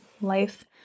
life